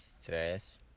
Stress